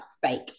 fake